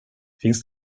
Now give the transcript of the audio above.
finns